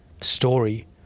story